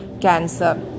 cancer